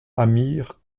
amir